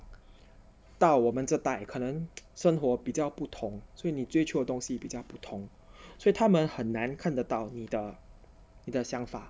到我们这代可能生活比较不同所以你追求的东西比较不同所以他们很难看得到你的你的想法